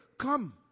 come